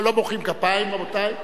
לא, לא מוחאים כפיים, רבותי.